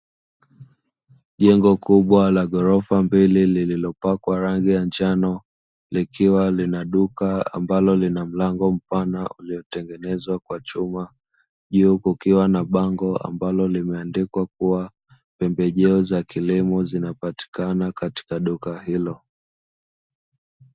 Jengo kubwa la ghorofa mbili lililopakwa rangi ya njano likiwa lina duka ambalo lina mlango mpana uliotengenezwa kwa chuma, juu kukiwa na bango ambalo limeandikwa kuwa pembejeo za kilimo zinapatikana katika duka hilo.